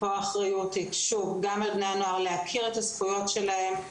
האחריות פה היא גם על בני הנוער להכיר את הזכויות שלהם,